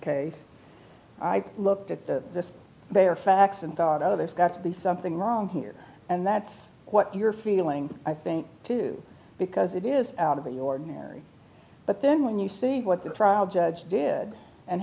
case i looked at the bare facts and thought oh there's got to be something wrong here and that's what you're feeling i think too because it is out of the ordinary but then when you see what the crowd judge did and